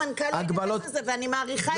המנכ"ל התייחס לזה, ואני מעריכה את אמיר הלוי.